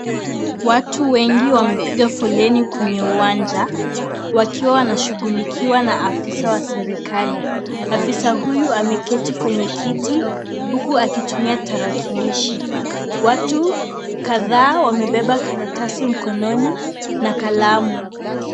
Watu wengi wamepiga foleni kwenye uwanja wakiwa wanashughulikiwa na afisa wa serikali. Afisa huyu ameketi kwenye kiti huku akitumia tarakilishi. Watu kadhaa wamebeba karatasi mkononi na kalamu.